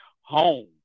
home